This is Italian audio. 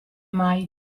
mai